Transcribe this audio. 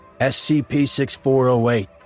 SCP-6408